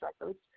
records